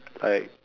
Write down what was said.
like